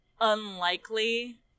unlikely